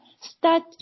start